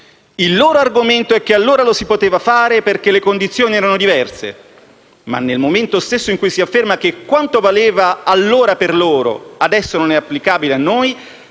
Il loro argomento è che allora lo si poteva fare, perché le condizioni erano diverse. Ma nel momento stesso in cui si afferma che quanto valeva allora per loro adesso non è applicabile a noi,